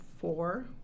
Four